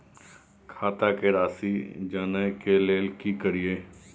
खाता के राशि जानय के लेल की करिए?